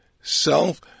self